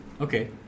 Okay